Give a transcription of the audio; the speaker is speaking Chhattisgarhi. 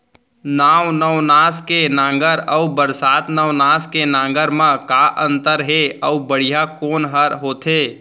नौ नवनास के नांगर अऊ बरसात नवनास के नांगर मा का अन्तर हे अऊ बढ़िया कोन हर होथे?